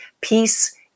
peace